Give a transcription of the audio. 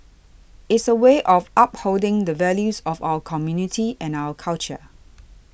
is a way of upholding the values of our community and our culture